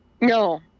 No